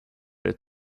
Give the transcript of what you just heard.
red